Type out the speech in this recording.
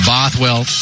Bothwell